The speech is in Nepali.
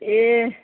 ए